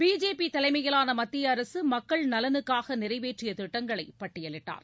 BJP தலைமையிலான மத்திய அரசு மக்கள் நலனுக்காக நிறைவேற்றிய திட்டங்களை பட்டியலிட்டார்